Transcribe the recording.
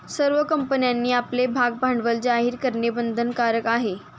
सर्व कंपन्यांनी आपले भागभांडवल जाहीर करणे बंधनकारक आहे